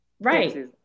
right